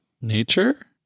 Nature